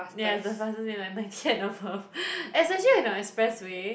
yeah it's the fastest lane like ninety and above especially at the expressway